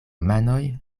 manoj